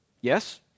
Yes